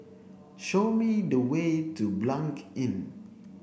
show me the way to Blanc Inn